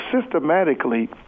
systematically